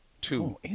Two